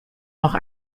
noch